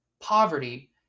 poverty